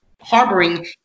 harboring